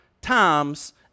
times